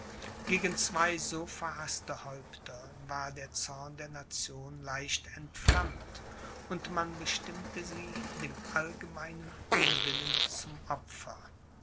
gegen zwei so verhaßte häupter war der zorn der nation leicht entflammt und man bestimmte sie dem allgemeinen unwillen zum opfer